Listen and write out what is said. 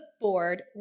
board